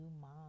mom